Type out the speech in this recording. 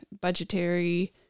budgetary